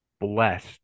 blessed